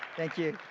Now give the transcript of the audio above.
thank you.